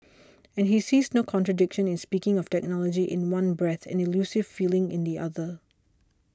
and he sees no contradiction in speaking of technology in one breath and elusive feelings in the other